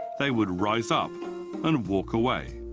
they would rise up and walk away.